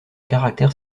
caractère